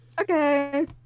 okay